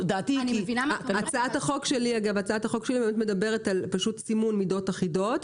הצעת החוק שלי מדברת על סימון מידות אחידות,